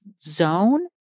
zone